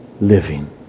living